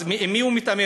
אז עם מי הוא מתאמן?